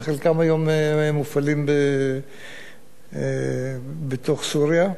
וחלקם היום מופעלים בתוך סוריה.